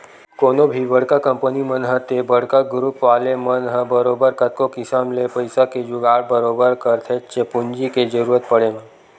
कोनो भी बड़का कंपनी मन ह ते बड़का गुरूप वाले मन ह बरोबर कतको किसम ले पइसा के जुगाड़ बरोबर करथेच्चे पूंजी के जरुरत पड़े म